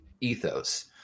ethos